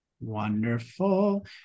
Wonderful